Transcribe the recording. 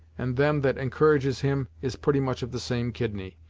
and them that encourages him is pretty much of the same kidney,